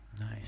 Nice